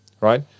right